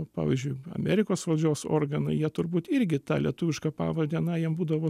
pavyzdžiui amerikos valdžios organai jie turbūt irgi tą lietuvišką pavardę na jiem būdavo